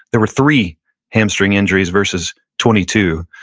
there were three hamstring injuries versus twenty two.